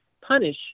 punish